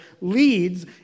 leads